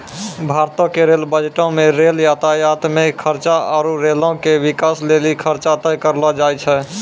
भारतो के रेल बजटो मे रेल यातायात मे खर्चा आरु रेलो के बिकास लेली खर्चा तय करलो जाय छै